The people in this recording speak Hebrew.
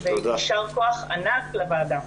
ויישר כוח ענק לוועדה.